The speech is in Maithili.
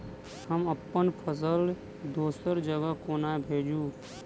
हम अप्पन फसल दोसर जगह कोना भेजू?